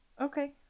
okay